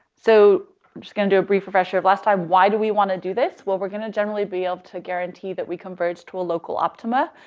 so i'm just gonna do a brief refresher of last time. why do we want to do this? well, we're going to generally be able ah to guarantee that we converge to a local optima.